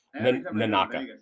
Nanaka